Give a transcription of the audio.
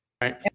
Right